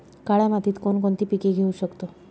काळ्या मातीत कोणकोणती पिके घेऊ शकतो?